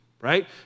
right